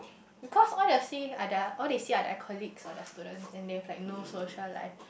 because all they see are their all they see are their colleagues or their students and they have like no social life